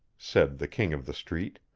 said the king of the street,